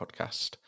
podcast